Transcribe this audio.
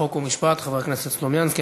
חוק ומשפט חבר הכנסת סלומינסקי.